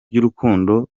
ry’urukundo